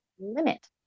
Limit